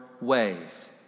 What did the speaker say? ways